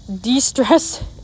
de-stress